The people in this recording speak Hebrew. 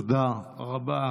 תודה רבה.